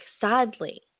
sadly